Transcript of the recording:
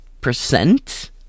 percent